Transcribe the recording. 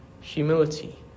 humility